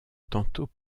tantôt